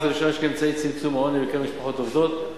מענק זה משמש כאמצעי לצמצום העוני בקרב משפחות עובדות,